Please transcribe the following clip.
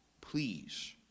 please